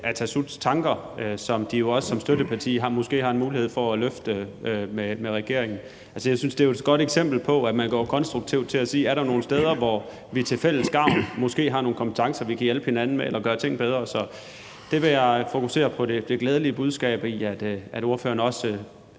Atassuts tanker, som de jo også som støtteparti måske har en mulighed for at drøfte med regeringen. Jeg synes, det er et godt eksempel på, at man går konstruktivt til det og siger: Er der nogle steder, hvor vi til fælles gavn måske har nogle kompetencer, som vi kan bruge til at hjælpe hinanden og gøre ting bedre. Så jeg vil fokusere på det glædelige budskab om, at ordføreren også